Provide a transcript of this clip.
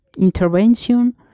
intervention